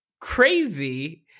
crazy